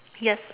yes